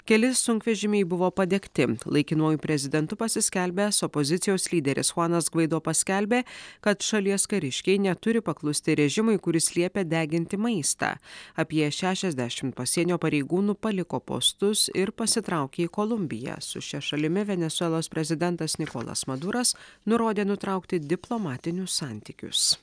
keli sunkvežimiai buvo padegti laikinuoju prezidentu pasiskelbęs opozicijos lyderis huanas gvaido paskelbė kad šalies kariškiai neturi paklusti režimui kuris liepia deginti maistą apie šešiasdešimt pasienio pareigūnų paliko postus ir pasitraukė į kolumbiją su šia šalimi venesuelos prezidentas nikolas maduras nurodė nutraukti diplomatinius santykius